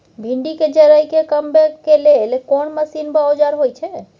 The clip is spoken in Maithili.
भिंडी के जईर के कमबै के लेल कोन मसीन व औजार होय छै?